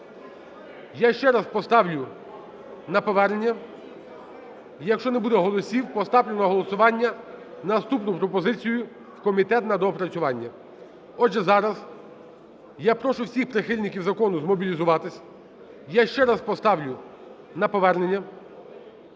Я ще раз поставлю на повернення, і, якщо не буде голосів, поставлю на голосування наступну пропозицію - в комітет на доопрацювання. Отже, зараз я прошу всіх прихильників закону змобілізуватися, я ще раз поставлю на повернення.